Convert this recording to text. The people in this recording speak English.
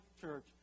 Church